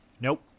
Nope